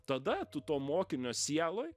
tada tu to mokinio sieloj